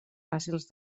fàcils